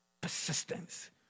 Persistence